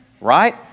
right